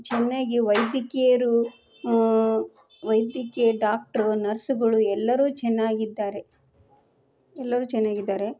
ಚೆನ್ನಾಗಿ ವೈದ್ಯಕೀಯರು ವೈದ್ಯಕೀಯ ಡಾಕ್ಟ್ರು ನರ್ಸುಗಳು ಎಲ್ಲರೂ ಚೆನ್ನಾಗಿದ್ದಾರೆ ಎಲ್ಲರೂ ಚೆನ್ನಾಗಿದ್ದಾರೆ